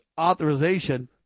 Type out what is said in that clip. authorization